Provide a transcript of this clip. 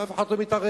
אף אחד לא מתערב,